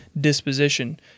disposition